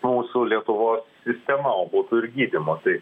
mūsų lietuvos sistema o būtų ir gydymu tai